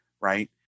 Right